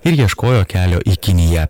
ir ieškojo kelio į kiniją